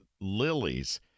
lilies